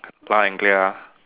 loud and clear ah